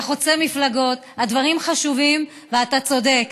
זה חוצה מפלגות, הדברים חשובים ואתה צודק.